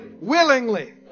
Willingly